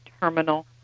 terminal